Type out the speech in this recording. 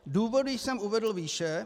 Důvody jsem uvedl výše.